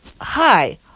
hi